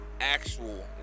actual